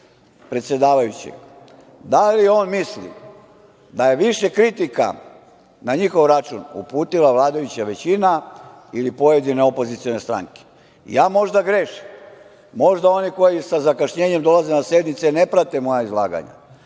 predsedavajućeg da li on misli da je više kritika na njihov račun uputila vladajuća većina ili pojedine opozicione stranke? Ja možda grešim. Možda oni koji sa zakašnjenjem dolaze na sednice ne prate moje izlaganje,